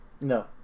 No